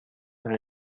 and